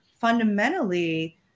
fundamentally